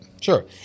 Sure